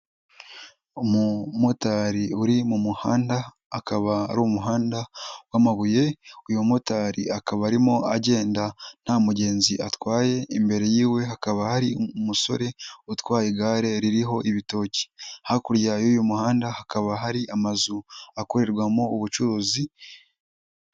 Umumotari uri mu muhanda akaba ari umuhanda w'amabuye uyu mumotari akaba arimo agenda nta mugenzi atwaye, imbere yiwe hakaba hari umusore utwaye igare ririho ibitoki, hakurya y'uyu muhanda hakaba hari amazu akorerwamo ubucuruzi.